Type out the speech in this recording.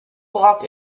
block